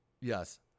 Yes